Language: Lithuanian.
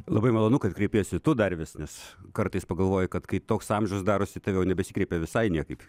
labai malonu kad kreipiesi tu dar vis nes kartais pagalvoji kad kai toks amžius darosi tai jau nebesikreipia visai niekaip